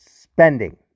spending